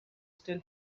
still